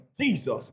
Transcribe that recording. Jesus